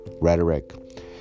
rhetoric